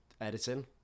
editing